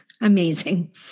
Amazing